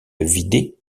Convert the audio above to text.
vidé